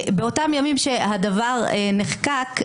באותם ימים שהדבר נחקק,